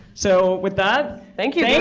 so with that, thank you.